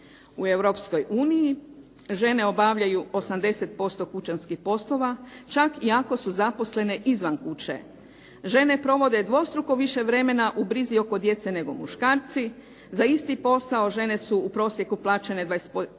uniji žene obavljaju 80% kućanskih poslova čak i ako su zaposlene izvan kuće. Žene provode dvostruko više vremena u brizi oko djece nego muškarci. Za isti posao žene su u prosjeku plaćene 25%